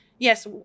Yes